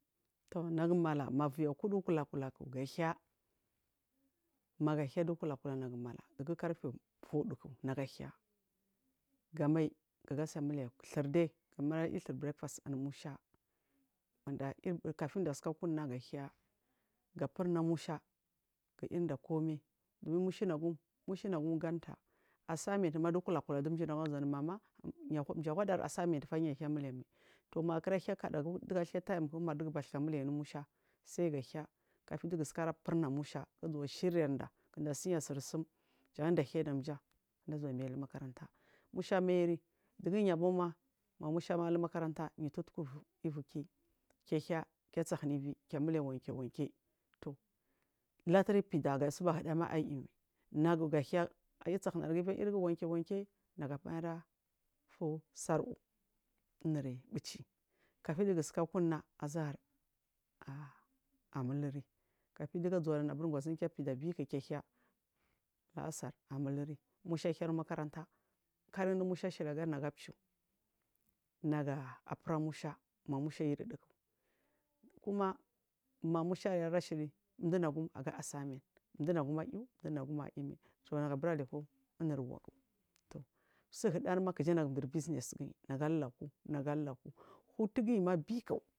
Tunagu mala malli ikudu kula kulak ga haiy maga haiy dukula kula nagu mala dugu kar faiy faduk naga haiy gamai kigasai mule thir daiy gamai la iaw thir breakfast anu musha mada irda kafin jasuka kunna nag u haiy gafur namusha ga irda kumai dun musha anagum mushana gum ganta. Assignment ma dukula kula dujina gu azuwanu mama jawaɗar assignment fa yahai mulemai makra hya kadu ammar dugur timek unarda gabasuk nulle anu musha sai gahaiy kafidugasikara funa mu sha zuwa shiryanda kinda siya sirsum janda haiy damja dazuwa mailu makaranta musha mairi dugu niaw abanma musha mailu makarantayitutku evu ivuki ke haiy kesahina ivi kemule wan ke wanke tu latur fidaga suba hi dama aimai nagu ga haiy asahinar gu ivi a irgu wanke wanke naga maira fusar vu inur buci kafidu gusuka kunna azahar amuluri kafiduga zuwanabir bari kefida biku kehaiy la asar amuluri mu sha hairdo makaranta karduda shili agari jan naga chue naga afura musha ma musha yididu kuma ma musha ar ashili dunagum aga assignment dunagum aiw duna gum aimai tunaburaleku unur wagu suhudarma kifinagu dur business nagalu lauku nagalu lauku hutugiyima biku.